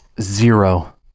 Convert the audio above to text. Zero